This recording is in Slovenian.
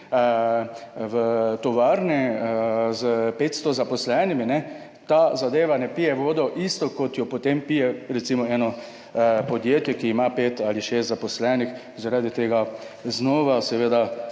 v tovarni s 500 zaposlenimi, ta zadeva ne pije vode isto, kot jo potem pije recimo eno podjetje, ki ima pet ali šest zaposlenih. Zaradi tega je seveda